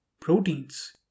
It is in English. Proteins